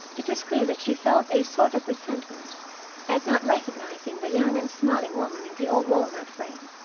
it was clear that she felt a sort of resentment at not recognizing the young and smiling woman in the old walnut frame,